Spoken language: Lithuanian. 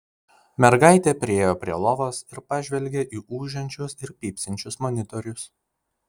mergaitė priėjo prie lovos ir pažvelgė į ūžiančius ir pypsinčius monitorius